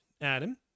Adam